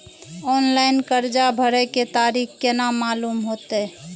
Online कर्जा भरे के तारीख केना मालूम होते?